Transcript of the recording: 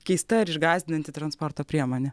keista ar išgąsdinanti transporto priemonė